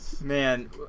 Man